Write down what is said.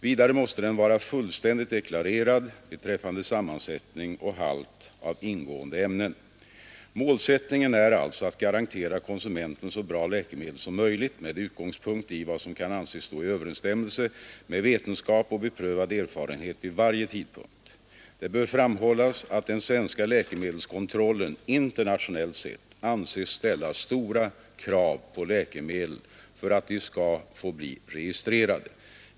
Vidare måste den vara fullständigt deklarerad beträffande sammansättning och halt av ingående ämnen. ålsättningen är alltså att garantera konsumenten så bra läkemedel som möjligt med utgångspunkt i vad som kan anses stå i överensstämmel se med vetenskap och beprövad erfarenhet vid varje tidpunkt. Det bör framhållas att den svenska läkemedelskontrollen internationellt sett anses ställa stora krav på läkemedlen för att de skall få bli registrerade.